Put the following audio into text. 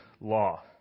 law